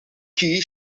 key